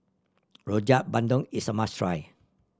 Rojak Bandung is a must try